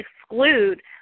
exclude